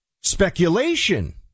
speculation